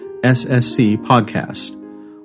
sscpodcast